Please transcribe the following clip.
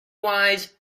wise